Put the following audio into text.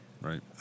right